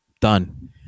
Done